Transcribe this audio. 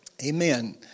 Amen